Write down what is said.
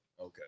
Okay